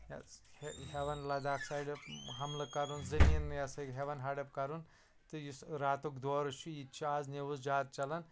ہٮ۪وان لَداخ سایڈٕ حملہٕ کَرُن زمیٖن یا سا یہِ ہٮ۪وان ہَڈَپ کَرُن تہٕ یُس راتُک دورٕ چھُ یہِ تہِ چھُ اَز نِوٕز زیادٕ چَلان